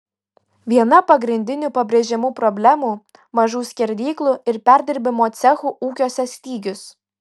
viena pagrindinių pabrėžiamų problemų mažų skerdyklų ir perdirbimo cechų ūkiuose stygius